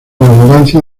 abundancia